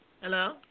Hello